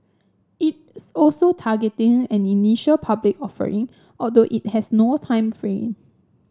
it's also targeting an initial public offering although it has no time frame